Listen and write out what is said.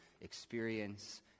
experience